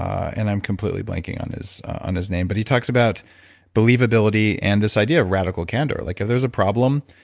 and i'm completely blanking on his on his name. but he talks about believability and this idea of radical candor. like, if there's a problem,